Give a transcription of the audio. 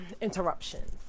interruptions